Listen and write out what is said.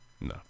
No